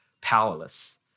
powerless